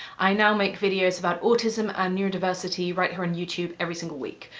i now make videos about autism and neurodiversity right here on youtube every single week,